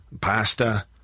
pasta